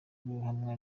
guhamwa